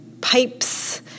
pipes